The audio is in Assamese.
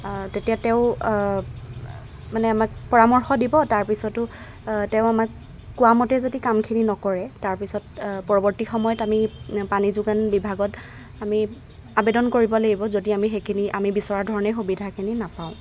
তেতিয়া তেওঁ মানে আমাক পৰামৰ্শ দিব তাৰ পিছতো তেওঁ আমাক কোৱামতেই যদি কামখিনি নকৰে তাৰপিছত পৰৱৰ্তী সময়ত আমি পানী যোগান বিভাগত আমি আবেদন কৰিব লাগিব যদি আমি সেইখিনি আমি বিচৰা ধৰণে সুবিধাখিনি নাপাওঁ